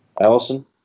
Allison